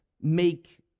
make